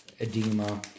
edema